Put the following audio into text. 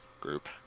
group